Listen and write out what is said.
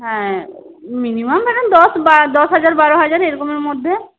হ্যাঁ মিনিমাম ধরেন দশ বা দশ হাজার বারো হাজার এরকমের মধ্যে